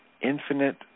infinite